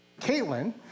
Caitlin